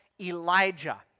Elijah